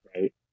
right